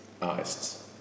artists